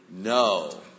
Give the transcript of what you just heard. No